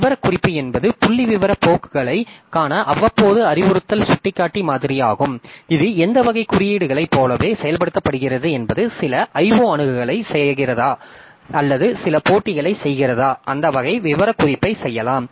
விவரக்குறிப்பு என்பது புள்ளிவிவர போக்குகளைக் காண அவ்வப்போது அறிவுறுத்தல் சுட்டிக்காட்டி மாதிரியாகும் இது எந்த வகை குறியீடுகளைப் போலவே செயல்படுத்தப்படுகிறது என்பது சில IO அணுகலைச் செய்கிறதா அல்லது சில போட்டிகளைச் செய்கிறதா அந்த வகை விவரக்குறிப்பைச் செய்யலாம்